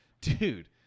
Dude